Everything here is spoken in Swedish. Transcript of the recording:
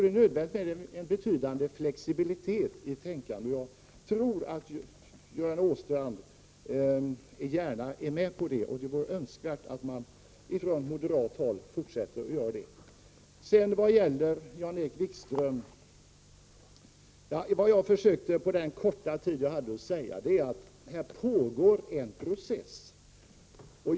Det är nödvändigt med en betydande flexibilitet i tänkandet, och jag tror att Göran Åstrand gärna ställer upp bakom det. Det är önskvärt att man från moderat håll även i fortsättningen ställer sig bakom denna uppfattning. Vad jag försökte säga till Jan-Erik Wikström på den korta tid jag hade till förfogande var att det pågår en process på detta område.